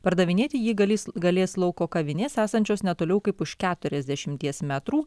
pardavinėti jį galės galės lauko kavinės esančios netoliau kaip už keturiasdešimties metrų